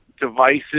devices